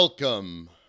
Welcome